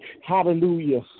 Hallelujah